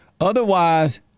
Otherwise